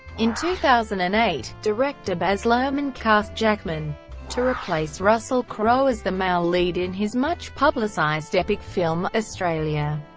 in two thousand and eight, director baz luhrmann cast jackman to replace russell crowe as the male lead in his much-publicized epic film, australia,